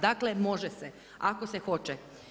Dakle, može se ako se hoće.